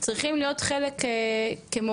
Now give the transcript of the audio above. צריכים להיות חלק כמעורבים.